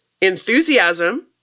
Enthusiasm